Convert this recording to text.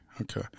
okay